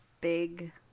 big